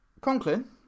Conklin